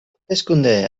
hauteskunde